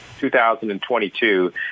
2022